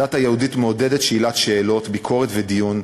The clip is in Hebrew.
הדת היהודית מעודדת שאלת שאלות, ביקורת ודיון.